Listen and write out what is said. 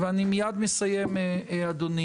ואני מייד מסיים, אדוני